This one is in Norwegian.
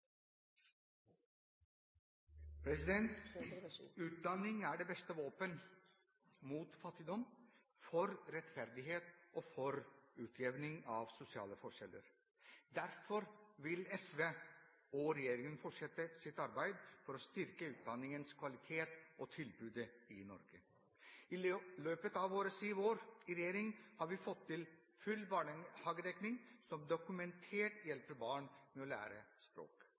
det beste våpen mot fattigdom, for rettferdighet og for utjevning av sosiale forskjeller. Derfor vil SV og regjeringen fortsette sitt arbeid for å styrke kvaliteten i utdanningen og utdanningstilbudet i Norge. I løpet av våre syv år i regjering har vi fått til full barnehagedekning, som dokumentert hjelper barn med å lære